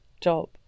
job